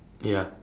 ya